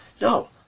No